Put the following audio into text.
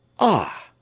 Ah